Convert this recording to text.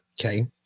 Okay